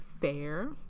fair